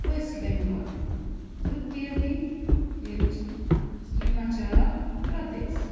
waste Bengal ତୃତୀୟଟି ହେଉଛି ହିମାଚଳପ୍ରଦେଶ